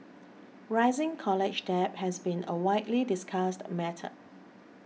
rising college debt has been a widely discussed matter